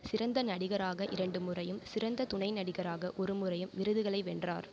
சிறந்த நடிகராக இரண்டு முறையும் சிறந்த துணை நடிகராக ஒரு முறையும் விருதுகளை வென்றார்